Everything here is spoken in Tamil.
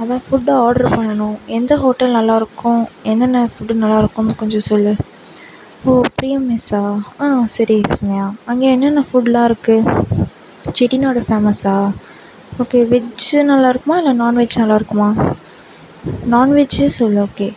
அதான் ஃபுட்டு ஆர்ட்ரு பண்ணணும் எந்த ஹோட்டல் நல்லாயிருக்கும் என்னென்ன ஃபுட்டு நல்லாயிருக்கும்னு கொஞ்சம் சொல் ஓ பிரியம் மெஸ்ஸா ஆ சரி சுமையா அங்கே என்னென்ன ஃபுட்டுலாம் இருக்கு செட்டிநாடு ஃபேமஸா ஓகே வெஜ் நல்லாருக்குமா இல்லை நான்வெஜ் நல்லாருக்குமா நான்வெஜ்ஜே சொல் ஓகே